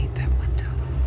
that window.